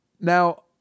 Now